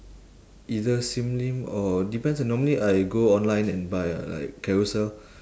either sim lim or depends ah normally I go online and buy ah like carousell